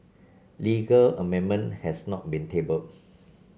legal amendment has not been tabled